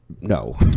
no